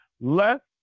Let